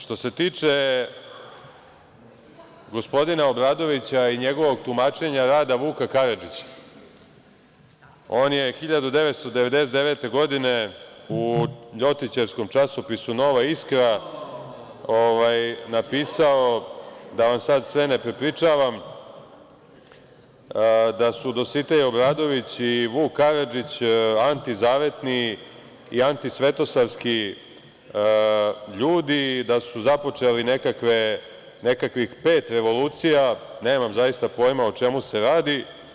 Što se tiče gospodina Boška Obradovića i njegovog tumačenja rada Vuka Karadžića, on je 1999. godine u ljotićevskom časopisu „Nova iskra“ napisao, da vam sada sve ne prepričavam, da su Dositej Obradović i Vuk Karadžić antizavetni i antisvetosavski ljudi i da su započeli nekakvih pet revolucija, nemam zaista pojma o čemu se radi.